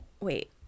wait